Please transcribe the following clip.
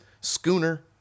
Schooner